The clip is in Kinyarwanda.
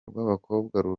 rw’abakobwa